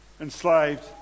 enslaved